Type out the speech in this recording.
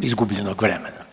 izgubljenog vremena.